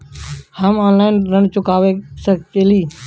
का हम ऑनलाइन ऋण चुका सके ली?